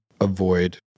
avoid